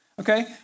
okay